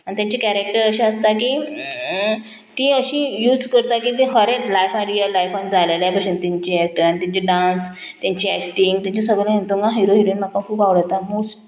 आनी तेंचे कॅरेक्टर अशें आसता की ती अशी यूज करता की ती हरेंत एक लायफान रियल लायफान जालेल्या भशेन तेंची एक्टर आनी तेंची डांस तेंची एक्टींग तेंचे सगळे दोंगा हिरो हिरोइन म्हाका खूब आवडटा मोस्ट